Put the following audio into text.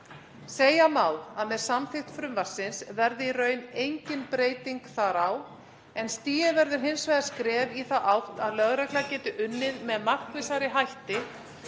Segja má að með samþykkt frumvarpsins verði í raun engin breyting þar á, en stigið verður hins vegar skref í þá átt að lögregla geti unnið með markvissari hætti